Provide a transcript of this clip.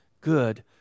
good